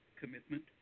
commitment